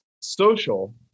social